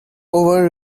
over